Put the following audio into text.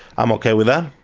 i'm okay with that.